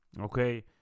Okay